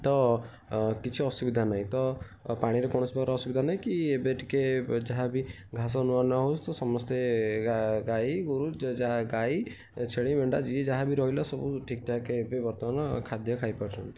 ତ କିଛି ଅସୁବିଧା ନାହିଁ ତ ପାଣିର କୌଣସି ପ୍ରକାର ଅସୁବିଧା ନାହିଁ କି ଏବେ ଟିକେ ଯାହାବି ଘାସ ନୂଆ ନୂଆ ହଉଚି ତ ସମସ୍ତେ ଗାଈ ଗୋରୁ ଯାହା ଗାଈ ଛେଳି ମେଣ୍ଢା ଯିଏ ଯାହାବି ରହିଲା ସବୁ ଠିକ୍ଠାକ୍ ଏବେ ବର୍ତ୍ତମାନ ଖାଦ୍ୟ ଖାଇପାରୁଛନ୍ତି